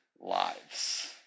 lives